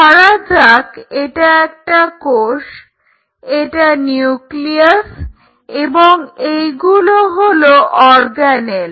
ধরা যাক এটা একটা কোষ এটা নিউক্লিয়াস এবং এইগুলো হলো অর্গানেল